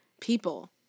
people